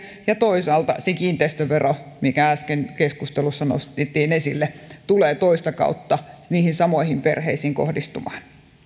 ja toisaalta se kiinteistövero mikä äsken keskustelussa nostettiin esille tulee toista kautta niihin samoihin perheisiin kohdistumaan